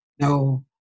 no